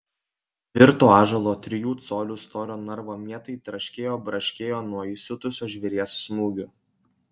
tvirto ąžuolo trijų colių storio narvo mietai traškėjo braškėjo nuo įsiutusio žvėries smūgių